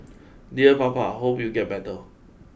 dear Papa hope you get better